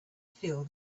feel